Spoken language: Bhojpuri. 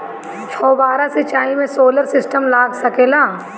फौबारा सिचाई मै सोलर सिस्टम लाग सकेला?